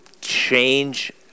change